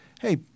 hey